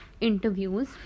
interviews